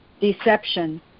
deception